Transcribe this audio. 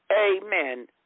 amen